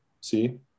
See